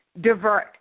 divert